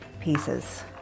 pieces